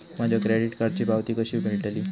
माझ्या क्रेडीट कार्डची पावती कशी मिळतली?